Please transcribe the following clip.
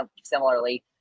similarly